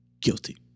guilty